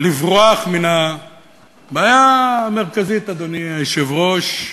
לברוח מן הבעיה המרכזית, אדוני היושב-ראש,